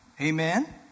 Amen